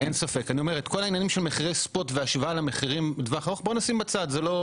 אני אומר: בואו נשים בצד את כל העניין של